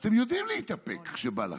אז אתם יודעים להתאפק כשבא לכם,